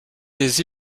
des